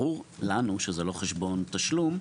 ברור לנו שזה לא חשבון תשלום,